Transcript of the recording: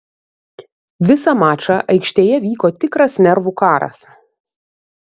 visą mačą aikštėje vyko tikras nervų karas